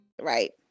Right